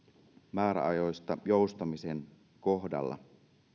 määräajoista joustamisen kohdalla